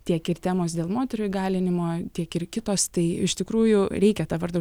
tiek ir temos dėl moterų įgalinimo tiek ir kitos tai iš tikrųjų reikia tą vardą